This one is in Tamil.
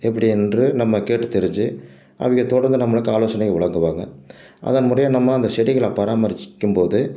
எப்படி என்று நம்ம கேட்டு தெரிஞ்சு அவங்க தொடர்ந்து நம்மளுக்கு ஆலோசனை வழங்குவாங்க அதன் முறையாக நம்ம அந்த செடிகளை பராமரிச்சுட்ருக்கும்போது